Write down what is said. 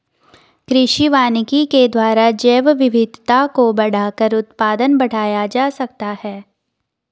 कृषि वानिकी के द्वारा जैवविविधता को बढ़ाकर उत्पादन बढ़ाया जा सकता है